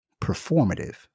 performative